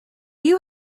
you